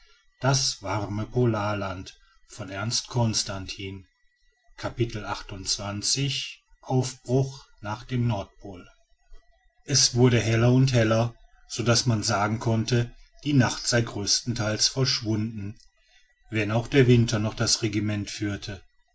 es wurde heller und heller sodaß man sagen konnte die nacht sei größtenteils verschwunden wenn auch der winter noch das regiment führte